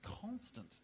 constant